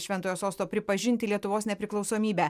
šventojo sosto pripažinti lietuvos nepriklausomybę